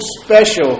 special